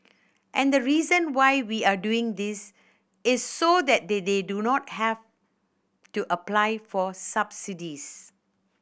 and the reason why we are doing this is so that they do not have to apply for subsidies